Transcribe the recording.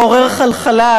מעורר חלחלה,